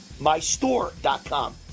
mystore.com